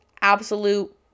absolute